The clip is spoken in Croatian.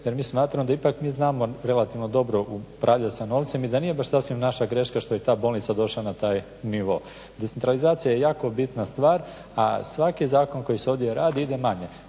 Jer mi smatramo da ipak mi znamo relativno dobro upravljati sa novcem i da nije baš sasvim naša greška što je ta bolnica došla na taj nivo. …/Govornik se ne razumije./… je jako bitna stvar, a svaki zakon koji se ovdje radi ide manje.